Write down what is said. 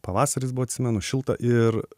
pavasaris buvo atsimenu šilta ir